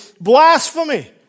blasphemy